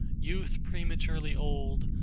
youth prematurely old,